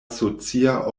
socia